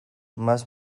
más